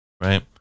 right